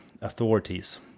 authorities